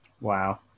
Wow